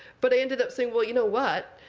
but i ended up saying, well, you know what